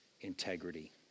integrity